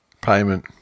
Payment